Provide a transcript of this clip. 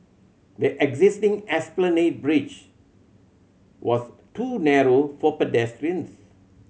the existing Esplanade Bridge was too narrow for pedestrians